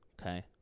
Okay